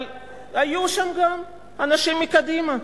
אבל היו שם גם אנשים מקדימה.